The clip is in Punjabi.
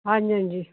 ਹਾਂਜੀ ਹਾਂਜੀ